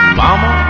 mama